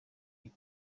hip